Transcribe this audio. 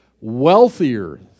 Wealthier